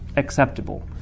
acceptable